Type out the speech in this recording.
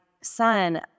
son